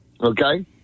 Okay